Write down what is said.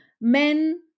men